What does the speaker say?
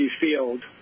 field